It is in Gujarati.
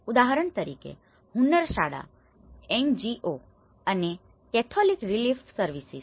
ઉદાહરણ તરીકે હુન્નરશાળા NGO અને કેથોલિક રિલીફ સર્વિસિસ